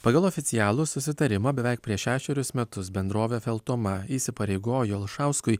pagal oficialų susitarimą beveik prieš šešerius metus bendrovė feltoma įsipareigojo alšauskui